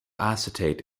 acetate